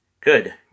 Good